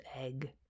egg